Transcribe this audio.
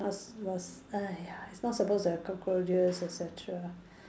must must !aiya! it's not supposed to have cockroaches et cetera